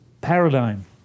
paradigm